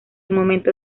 momento